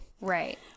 Right